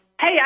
Hey